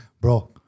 Bro